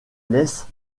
laisse